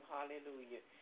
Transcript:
Hallelujah